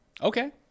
Okay